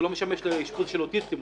הוא לא משמש לאשפוז של אוטיסטים,